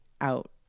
out